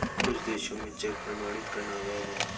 कुछ देशों में चेक प्रमाणित करना अवैध है